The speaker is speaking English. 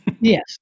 Yes